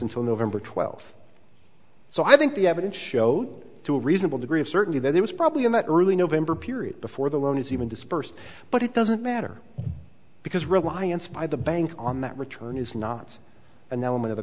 until november twelfth so i think the evidence show to a reasonable degree of certainty that it was probably in the early november period before the loan is even disbursed but it doesn't matter because reliance by the bank on that return is not an element of the